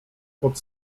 pod